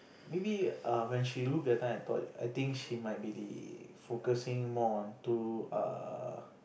maybe err when she look that time I thought I think she might be the focusing more onto err